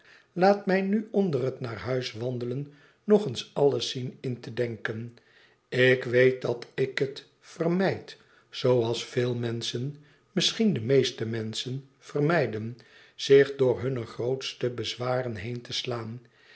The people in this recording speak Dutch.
laat mij nu onder het naar huis wandelen nog eens alles zien in te denken ik weet dat ik het vermijd zooals veel menschen misschien de meeste menschen vermijden zich door hunne grootste bezwaren heen te slaan